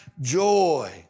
joy